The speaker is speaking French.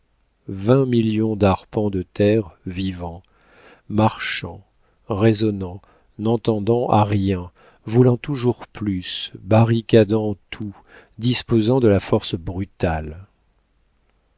millions d'arpents de terre vivant marchant raisonnant n'entendant à rien voulant toujours plus barricadant tout disposant de la force brutale